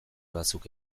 batzuk